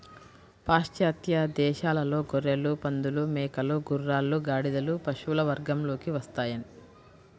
పాశ్చాత్య దేశాలలో గొర్రెలు, పందులు, మేకలు, గుర్రాలు, గాడిదలు పశువుల వర్గంలోకి వస్తాయి